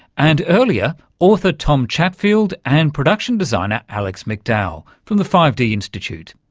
and earlier, author tom chatfield, and production designer alex mcdowell from the five d institute.